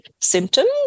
symptoms